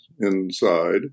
inside